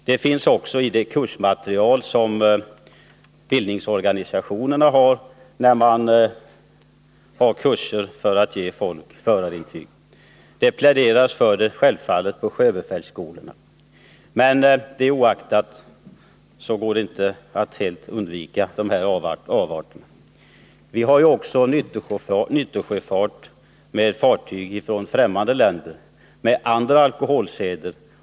Det finns också med i bildningsorganisationernas kursmaterial vid de kurser de anordnar för att ge deltagarna förarintyg. På sjöbefälsskolorna pläderas det självfallet också för nykterhet till sjöss. Det oaktat går det inte att helt undvika att onykterhet förekommer. Vi har också nyttosjöfart med fartyg från främmande länder med andra alkoholseder.